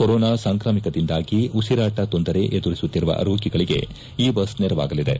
corona ಸಾಂಕ್ರಾಮಿಕದಿಂದಾಗಿ ಉಸಿರಾಟ ತೊಂದರೆ ಎದುರಿಸುತ್ತಿರುವ ರೋಗಿಗಳಿಗೆ ಈ ಬಸ್ ನೆರವಾಗಲಿದೆ